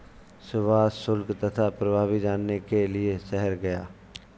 सुभाष शुल्क तथा प्रभावी जानने के लिए शहर गया